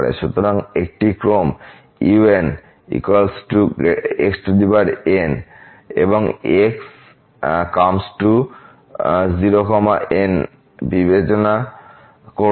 সুতরাং একটি ক্রম unxn এবং x∈ 01 বিবেচনা করুন